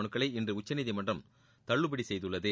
மனுக்களை இன்று உச்சநீதிமன்றம் தள்ளுபடி செய்துள்ளது